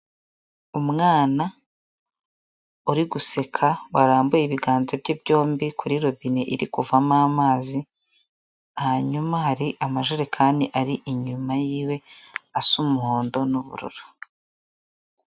Umwana uri guseka warambuye ibiganza bye byombi kuri robine iri kuvamo amazi, hanyuma hari amajerekani ari inyuma yiwe asa umuhondo n'ubururu.